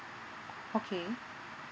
okay